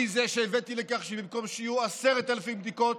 אני זה שהבאתי לכך שבמקום שיהיו 10,000 בדיקות